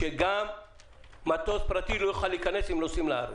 שגם מטוס פרטי לא יוכל להיכנס עם נוסעים לארץ.